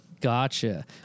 Gotcha